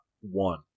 One